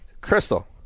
Crystal